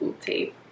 tape